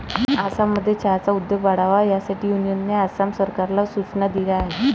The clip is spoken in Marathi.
आसाममध्ये चहाचा उद्योग वाढावा यासाठी युनियनने आसाम सरकारला सूचना दिल्या आहेत